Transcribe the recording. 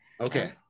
Okay